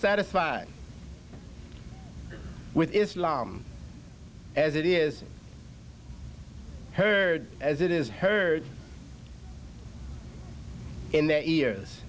satisfied with islam as it is heard as it is heard in their ears